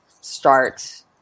start